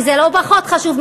וזה לא פחות חשוב,